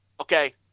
Okay